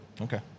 Okay